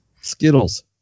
Skittles